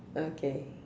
okay